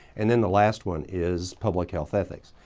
and then the last one is public health ethics.